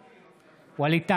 בעד ווליד טאהא,